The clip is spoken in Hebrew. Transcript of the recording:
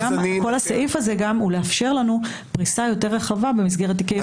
כל הסעיף הזה הוא לאפשר לנו פריסה יותר רחבה במסגרת תיקי איחוד.